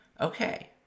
okay